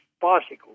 bicycle